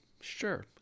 sure